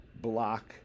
block